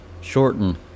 shorten